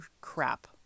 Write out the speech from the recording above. crap